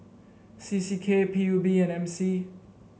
C C K P U B and M C